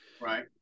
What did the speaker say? Right